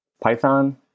Python